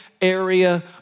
area